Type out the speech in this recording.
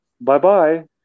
bye-bye